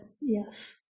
yes